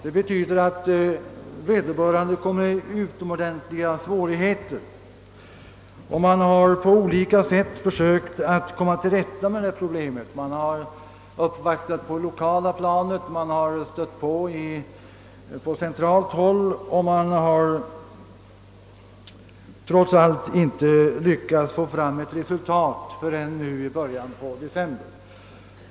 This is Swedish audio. Man har försökt att komma till rätta med detta problem på olika sätt, t.ex. vid lokala uppvaktningar och genom påstötningar på centralt håll, men man har inte lyckats att få lånen utbetalda förrän i början av december.